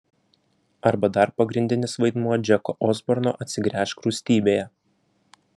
arba dar pagrindinis vaidmuo džeko osborno atsigręžk rūstybėje